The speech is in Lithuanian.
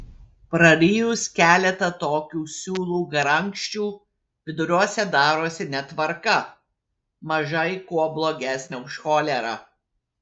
prarijus keletą tokių siūlų garankščių viduriuose darosi netvarka mažai kuo blogesnė už cholerą